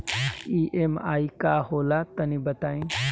EMI का होला तनि बताई?